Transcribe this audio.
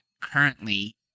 currently